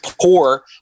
poor